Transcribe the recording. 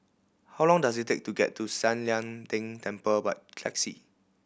how long does it take to get to San Lian Deng Temple by taxi